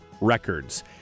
records